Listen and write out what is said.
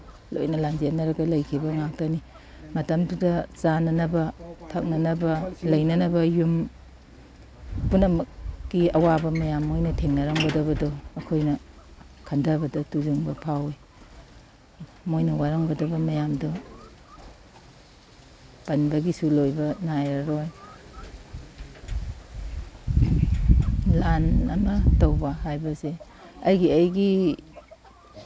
ꯂꯣꯏꯅ ꯂꯥꯟꯖꯦꯟꯅꯔꯒ ꯂꯩꯒꯤꯕ ꯉꯥꯛꯇꯅꯤ ꯃꯇꯝꯗꯨꯗ ꯆꯥꯅꯅꯕ ꯊꯛꯅꯅꯕ ꯂꯩꯅꯅꯕ ꯌꯨꯝ ꯄꯨꯝꯅꯃꯛꯀꯤ ꯑꯋꯥꯕ ꯃꯌꯥꯝ ꯃꯣꯏꯅ ꯊꯦꯡꯅꯔꯝꯒꯗꯕꯗꯨ ꯑꯩꯈꯣꯏꯅ ꯈꯟꯗꯕꯗ ꯇꯨ ꯖꯨꯡꯕ ꯐꯥꯎꯋꯤ ꯃꯣꯏꯅ ꯋꯥꯔꯝꯒꯗꯕ ꯃꯌꯥꯝꯗꯨ ꯄꯟꯕꯒꯤꯁꯨ ꯂꯣꯏꯕ ꯅꯥꯏꯔꯔꯣꯏ ꯂꯥꯟ ꯑꯃ ꯇꯧꯕ ꯍꯥꯏꯕꯁꯤ ꯑꯩꯒꯤ ꯑꯩꯒꯤ